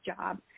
job